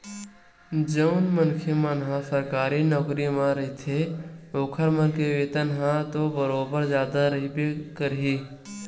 जउन मनखे मन ह सरकारी नौकरी म रहिथे ओखर मन के वेतन ह तो बरोबर जादा रहिबे करही